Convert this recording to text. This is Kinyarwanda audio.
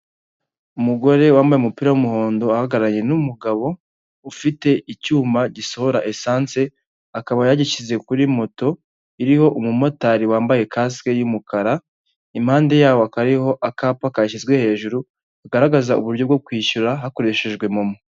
Umugore wambaye umupira w'umuhondo ahagararanye n'umugabo ufite icyuma gisohora esanse, akaba yagishyize kuri moto iriho umumotari wambaye kasike y'umukara, impande yabo hakaba hariho akapa kashyizwe hejuru, kagaragaza uburyo bwo kwishyura hakoreshejwe momo.